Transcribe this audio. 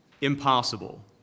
impossible